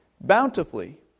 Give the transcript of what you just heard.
bountifully